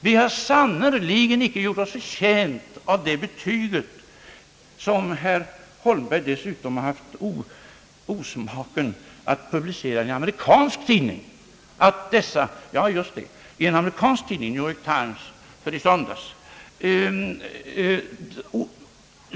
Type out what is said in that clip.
Vi har sannerligen inte gjort oss förtjänta av det betyg som herr Holmberg gett oss och som han dessutom haft osmaken att publicera i en amerikansk tidning — just det! — nämligen New York Times för i söndags.